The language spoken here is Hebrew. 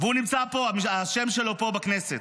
והוא נמצא פה, השם שלו פה בכנסת.